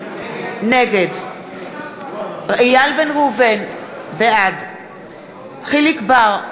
נגד איל בן ראובן, בעד יחיאל חיליק בר,